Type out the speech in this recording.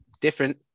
different